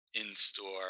in-store